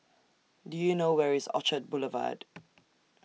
Do YOU know Where IS Orchard Boulevard